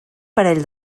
parell